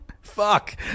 Fuck